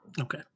Okay